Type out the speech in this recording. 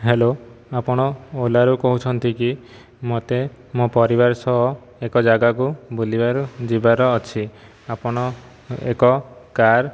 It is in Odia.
ହ୍ୟାଲୋ ଆପଣ ଓଲାରୁ କହୁଛନ୍ତିକି ମୋତେ ମୋ ପରିବାର ସହ ଏକ ଜାଗାକୁ ବୁଲିବାର ଯିବାର ଅଛି ଆପଣ ଏକ କାର୍